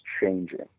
changing